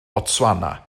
botswana